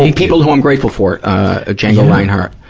and people who i'm grateful for. ah django reinhardt.